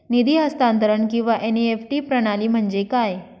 निधी हस्तांतरण किंवा एन.ई.एफ.टी प्रणाली म्हणजे काय?